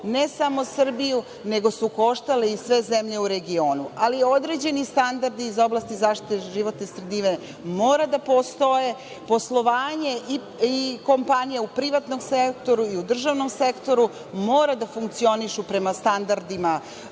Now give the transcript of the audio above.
ne samo Srbiju, nego su koštale i sve zemlje u regionu. Ali, određeni standardi iz oblasti zaštite životne sredine mora da postoje, poslovanje, i kompanija u privatnom sektoru i u državnom sektoru, mora da funkcionišu prema standardima